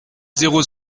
zéro